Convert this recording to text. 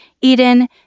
Eden